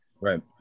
Right